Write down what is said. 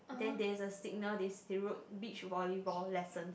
then there is a signal this they wrote beach volleyball lessons